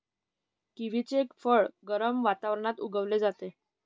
किवीचे फळ गरम वातावरणात उगवले जाते